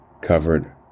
covered